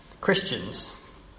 Christians